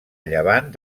llevant